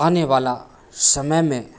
आने वाले समय में